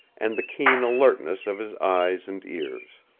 and the keen alertness of his eyes and ears.